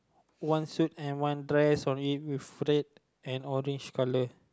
once suit and one dress on it with red and orange color